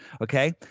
Okay